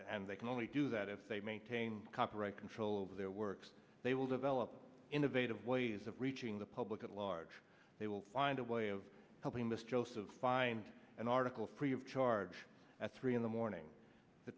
and they can only do that if they maintain copyright control over their work they will develop innovative ways of reaching the public at large they will find a way of helping this joseph find an article free of charge at three in the morning the